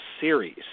series